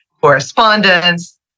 correspondence